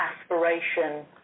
aspiration